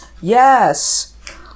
Yes